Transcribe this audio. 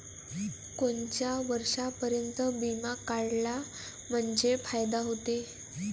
कोनच्या वर्षापर्यंत बिमा काढला म्हंजे फायदा व्हते?